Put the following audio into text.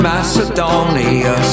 Macedonia